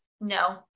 No